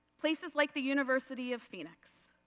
places like the university of phoenix,